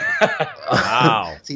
Wow